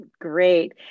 Great